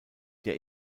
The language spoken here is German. der